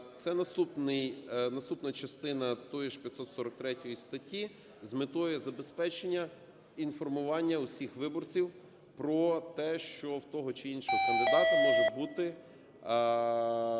Це наступна частина тієї ж 543 статті, з метою забезпечення інформування усіх виборців про те, що в того чи іншого кандидата може бути